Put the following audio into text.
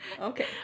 Okay